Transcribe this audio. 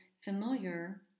familiar